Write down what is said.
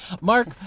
Mark